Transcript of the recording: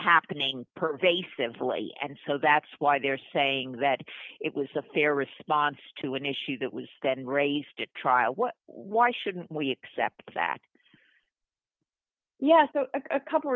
happening pervasively and so that's why they're saying that it was a fair response to an issue that was stand raised at trial why shouldn't we accept that yes so a couple